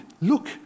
Look